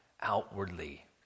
outwardly